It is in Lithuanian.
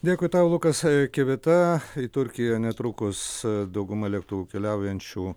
dėkui tau lukas kivita turkijoje netrukus dauguma lėktuvų keliaujančių